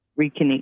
reconnect